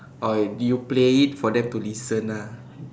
oh do you play it for them to listen ah